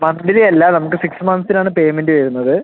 monthly അല്ല നമുക്ക് six മന്ത്സിന് ആണ് പേയ്മെൻറ്റ് വരുന്നത്